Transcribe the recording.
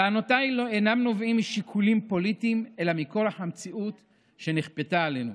טענותיי אינן נובעות משיקולים פוליטיים אלא מכורח המציאות שנכפתה עלינו.